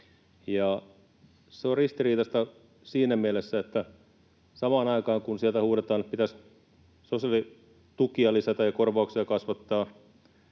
Se on ristiriitaista siinä mielessä, että samaan aikaan kun sieltä huudetaan, että nyt pitäisi sosiaalitukia lisätä ja korvauksia kasvattaa,